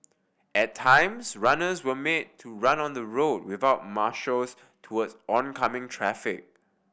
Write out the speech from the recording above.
at times runners were made to run on the road without marshals towards oncoming traffic